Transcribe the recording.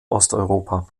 osteuropa